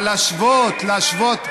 אבל להשוות, להשוות.